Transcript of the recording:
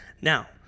Now